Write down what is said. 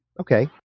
okay